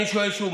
אני שואל שוב.